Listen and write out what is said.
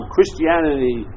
Christianity